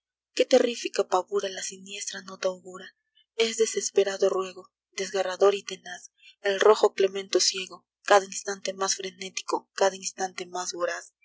qué terrífica pavura la siniestra nota augura es desesperado ruego desgarrador y tenaz al rojo elemento ciego cada instante más frenético cada instante más voraz